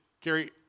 Gary